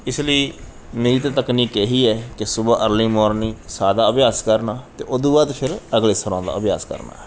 ਇਸ ਲਈ ਮੇਰੀ ਤਾਂ ਤਕਨੀਕ ਇਹ ਹੀ ਹੈ ਕਿ ਸੁਬਹ ਅਰਲੀ ਮੋਰਨਿੰਗ ਸਾਹ ਦਾ ਅਭਿਆਸ ਕਰਨਾ ਅਤੇ ਉਹ ਤੋਂ ਬਾਅਦ ਫਿਰ ਅਗਲੇ ਸੁਰਾਂ ਦਾ ਅਭਿਆਸ ਕਰਨਾ